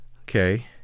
Okay